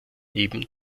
neben